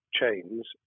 chains